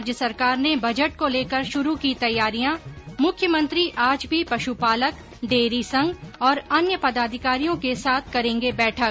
राज्य सरकार ने बजट को लेकर श्रू की तैयारियां मुख्यमंत्री आज भी पश्पालक डेयरी संघ और अन्य पदाधिकारियों के साथ करेंगे बैठक